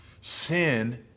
sin